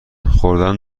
خوردن